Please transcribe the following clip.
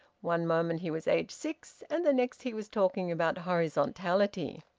one moment he was aged six, and the next he was talking about horizontality.